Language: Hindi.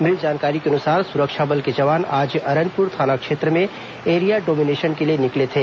मिली जानकारी के अनुसार सुरक्षा बल के जवान आज अरनपुर थाना क्षेत्र में एरिया डोमिनेशन के लिए निकले थे